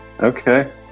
Okay